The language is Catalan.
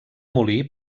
molí